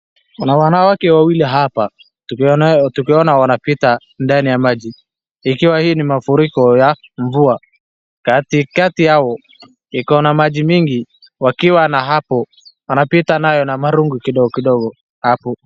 Kuna wanawake wawili hapawanapita ndani ya maji ikiwa ni mafriko ya mvua. Katikati yao iko na maji mingi wanapita hapo na maringo kidogo.